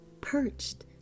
perched